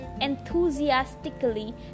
enthusiastically